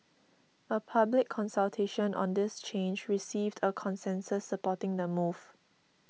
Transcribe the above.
a public consultation on this change received a consensus supporting the move